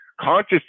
Conscious